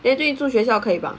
eh 对住学校可以吧